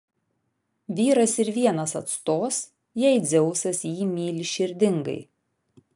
vyras ir vienas atstos jei dzeusas jį myli širdingai